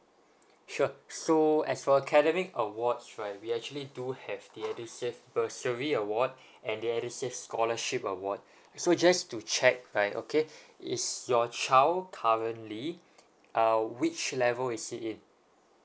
sure so as for academic awards right we actually do have the edusave bursary award and the edusave scholarship award so just to check right okay is your child currently uh which level is he in